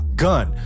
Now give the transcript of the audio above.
gun 》